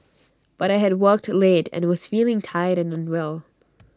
but I had worked late and was feeling tired and unwell